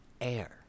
air